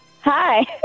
Hi